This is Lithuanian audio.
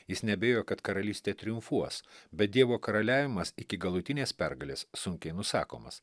jis nebijo kad karalystė triumfuos bet dievo karaliavimas iki galutinės pergalės sunkiai nusakomas